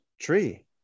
Tree